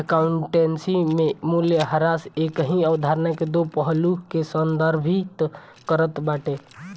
accountancy में मूल्यह्रास एकही अवधारणा के दो पहलू के संदर्भित करत बाटे